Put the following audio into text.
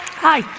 hi,